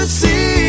see